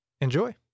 Enjoy